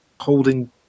holding